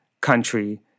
country